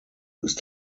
ist